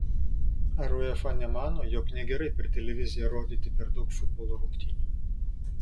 ar uefa nemano jog negerai per televiziją rodyti per daug futbolo rungtynių